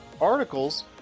articles